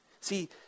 See